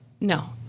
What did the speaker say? No